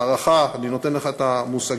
הערכה אני נותן לך את המושגים,